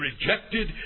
rejected